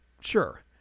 sure